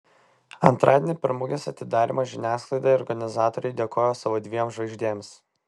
antradienį per mugės atidarymą žiniasklaidai organizatoriai dėkojo savo dviem žvaigždėms